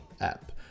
app